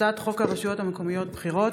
הצעת חוק הרשויות המקומיות (בחירות)